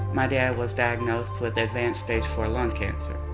my dad was diagnosed with advanced stage four lung cancer.